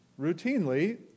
routinely